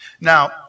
Now